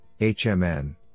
HMN